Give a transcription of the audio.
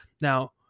Now